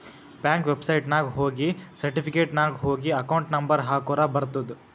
bank ವೆಬ್ಸೈಟ್ನಾಗ ಹೋಗಿ certificate ನಾಗ್ ಹೋಗಿ ಅಕೌಂಟ್ ನಂಬರ್ ಹಾಕುರ ಬರ್ತುದ್